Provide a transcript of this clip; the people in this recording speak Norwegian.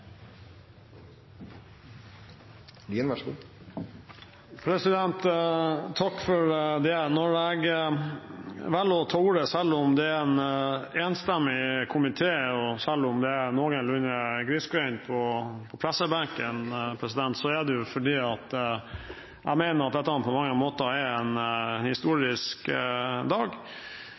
Når jeg velger å ta ordet selv om det er en enstemmig komité, og selv om det er noenlunde grissgrendt i presselosjen, er det fordi jeg mener at dette på mange måter er en historisk dag.